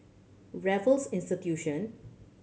Raffles Institution